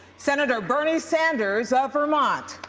senator bernie sanders of vermont.